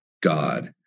God